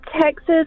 Texas